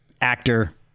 actor